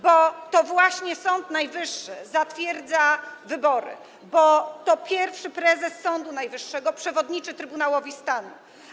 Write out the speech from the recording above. Bo to właśnie Sąd Najwyższy zatwierdza wybory, bo to pierwszy prezes Sądu Najwyższego przewodniczy Trybunałowi Stanu.